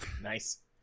Nice